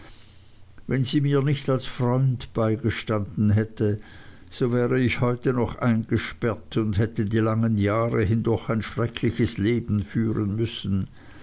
wenn sie mir nicht als freund beigestanden hätte so wäre ich heute noch eingesperrt und hätte die langen jahre hindurch ein schreckliches leben führen müssen